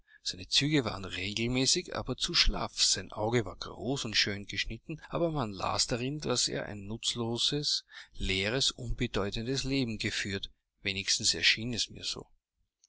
seine züge waren regelmäßig aber zu schlaff sein auge war groß und schön geschnitten aber man las darin daß er ein nutzloses leeres unbedeutendes leben geführt wenigstens erschien es mir so